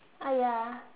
ah ya